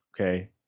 okay